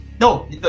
No